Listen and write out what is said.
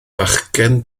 fachgen